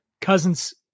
cousin's